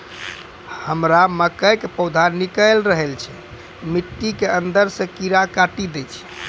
हमरा मकई के पौधा निकैल रहल छै मिट्टी के अंदरे से कीड़ा काटी दै छै?